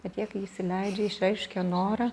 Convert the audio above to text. bet jie kai įsileidžia išreiškia norą